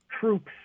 troops